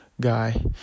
guy